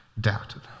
doubted